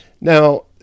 Now